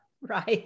Right